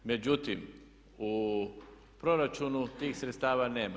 Međutim, u proračunu tih sredstava nema.